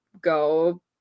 go